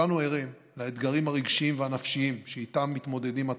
לאתגרים הרגשיים והנפשיים שאיתם מתמודדים התלמידים,